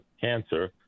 cancer